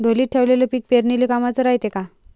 ढोलीत ठेवलेलं पीक पेरनीले कामाचं रायते का?